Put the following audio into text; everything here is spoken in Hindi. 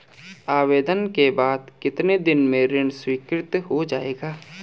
आवेदन के बाद कितने दिन में ऋण स्वीकृत हो जाएगा?